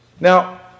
Now